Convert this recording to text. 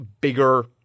bigger